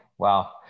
Wow